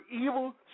evil